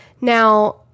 Now